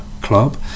club